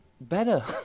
better